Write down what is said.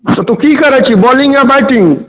तोँ की करै छीही बौलिङ्ग या बैटिङ्ग